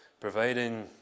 providing